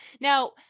Now